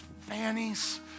fannies